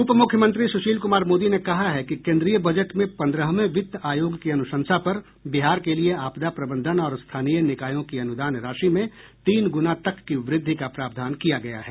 उपमुख्यमंत्री सुशील कुमार मोदी ने कहा है कि केन्द्रीय बजट में पंद्रहवें वित्त आयोग की अनुशंसा पर बिहार के लिए आपदा प्रबंधन और स्थानीय निकायों की अनुदान राशि में तीन गुना तक की वृद्धि का प्रावधान किया गया है